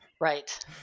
Right